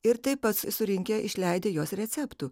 ir taip pat surinkę išleidę jos receptų